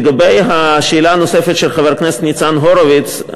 לגבי השאלה הנוספת של חבר הכנסת ניצן הורוביץ,